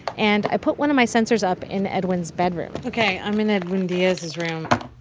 and i put one of my sensors up in edwin's bedroom ok. i'm in edwin diaz's room.